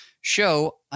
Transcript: show